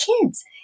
kids